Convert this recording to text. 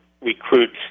recruits